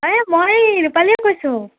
আৰে মই ৰূপালীয়ে কৈছোঁ